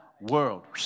world